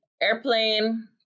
airplane